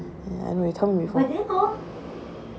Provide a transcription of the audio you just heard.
ya I know you tell me before